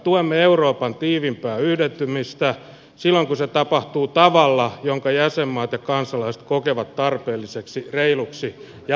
tuemme euroopan tiiviimpää yhdentymistä silloin kun se tapahtuu tavalla jonka jäsenmaat ja kansalaiset kokevat tarpeelliseksi reiluksi ja oikeudenmukaiseksi